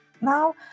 now